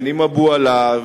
עם אבו עלא,